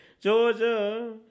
Georgia